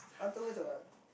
afterwards what